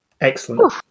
Excellent